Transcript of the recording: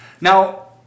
Now